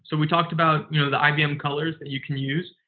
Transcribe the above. so we talked about you know the ibm colors that you can use.